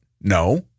No